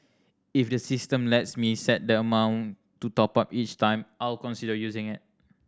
if the system lets me set the amount to top up each time I'll consider using it